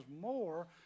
more